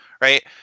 Right